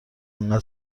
انقدر